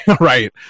right